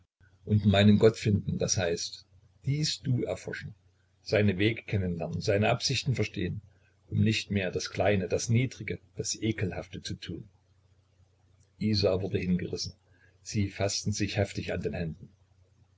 und meinen gott finden das heißt dies du erforschen seine wege kennen lernen seine absichten verstehen um nicht mehr das kleine das niedrige das ekelhafte zu tun isa wurde hingerissen sie faßten sich heftig an den händen